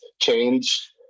change